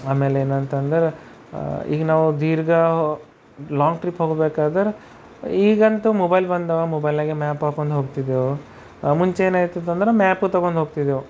ಆಮೇಲೆ ಏನಂತಂದರೆ ಈಗ ನಾವು ದೀರ್ಘ ಲಾಂಗ್ ಟ್ರಿಪ್ ಹೋಗ್ಬೇಕಾದರೆ ಈಗಂತೂ ಮೊಬೈಲ್ ಬಂದವ ಮೊಬೈಲ್ನಾಗೆ ಮ್ಯಾಪ್ ಹಾಕ್ಕೊಂಡೋಗ್ತಿದ್ದೆವು ಮುಂಚೆ ಏನಾಯ್ತು ಅಂತಂದರೆ ಮ್ಯಾಪೂ ತೊಗೊಂಡೋಗ್ತಿದ್ದೆವು